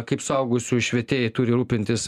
kaip suaugusiųjų švietėjai turi rūpintis